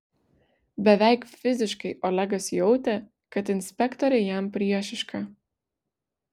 beveik fiziškai olegas jautė kad inspektorė jam priešiška